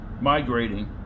migrating